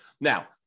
Now